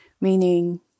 meaning